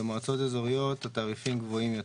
במועצות אזוריות התעריפים גבוהים יותר.